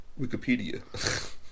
Wikipedia